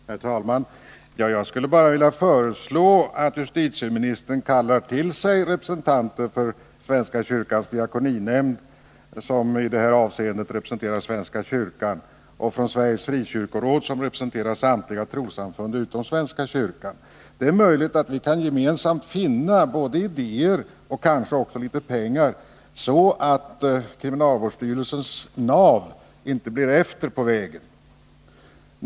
Herr talman! Jag skulle bara vilja föreslå att justitieministern kallar till sig representanter för Svenska kyrkans diakoninämnd, som i det här avseendet representerar svenska kyrkan, och representanter för Sveriges frikyrkoråd, som representerar samtliga trossamfund utom svenska kyrkan. Det är möjligt att vi då gemensamt kan finna både idéer och litet pengar, så att kriminalvårdsstyrelsens NAV inte blir efter på vägen.